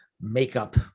makeup